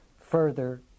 further